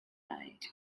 night